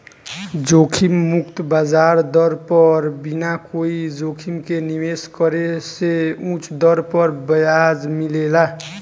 जोखिम मुक्त ब्याज दर पर बिना कोई जोखिम के निवेश करे से उच दर पर ब्याज मिलेला